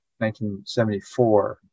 1974